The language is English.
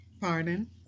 pardon